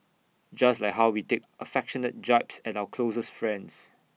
just like how we take affectionate jibes at our closest friends